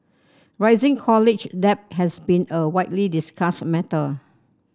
rising college debt has been a widely discussed matter